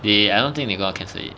they I don't think they gonna cancel it